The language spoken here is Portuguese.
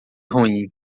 ruim